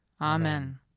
Amen